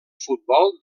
futbol